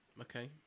Okay